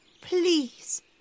Please